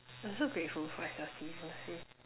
I'm so grateful for S_L_C honestly